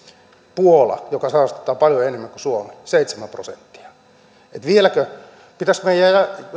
puola joka saastuttaa paljon enemmän kuin suomi seitsemän prosenttia pitäisikö meidän